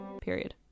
period